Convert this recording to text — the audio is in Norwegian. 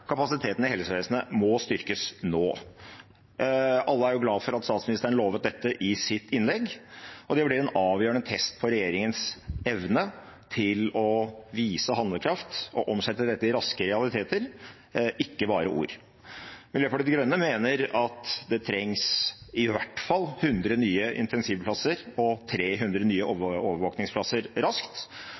Kapasiteten i helsevesenet må styrkes nå. Alle er glade for at statsministeren lovet dette i sitt innlegg, og det blir en avgjørende test av regjeringens evne til å vise handlekraft og omsette dette i raske realiteter og ikke bare i ord. Miljøpartiet De Grønne mener at det trengs i hvert fall 100 nye intensivplasser og 300 nye overvåkningsplasser raskt,